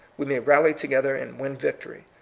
we may rally together and win vic tory.